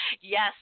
yes